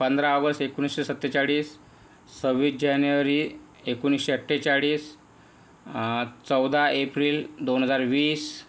पंधरा ऑगस्ट एकोणिसशे सत्तेचाळीस सव्वीस जॅनेवरी एकोणिसशे अठ्ठेचाळीस चौदा एप्रिल दोन हजार वीस